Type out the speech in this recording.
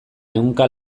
ehunka